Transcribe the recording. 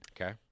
Okay